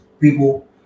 people